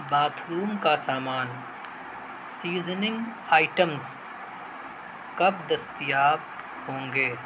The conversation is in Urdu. باتھ روم کا سامان سیزننگ آئٹمس کب دستیاب ہوں گے